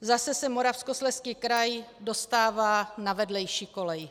Zase se Moravskoslezský kraj dostává na vedlejší kolej.